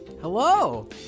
Hello